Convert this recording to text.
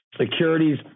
Securities